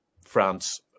france